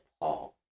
Paul